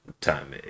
time